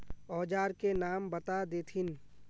औजार के नाम बता देथिन?